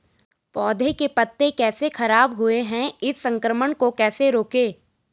पौधों के पत्ते कैसे खराब हुए हैं इस संक्रमण को कैसे रोकें?